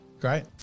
Great